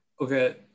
Okay